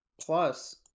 Plus